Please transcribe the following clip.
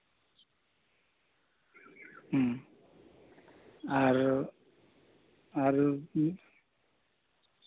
ᱦᱩᱸ ᱟᱨ ᱟᱨ ᱩᱸᱜ